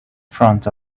front